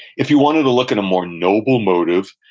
if you wanted to look at a more noble motive,